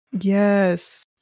Yes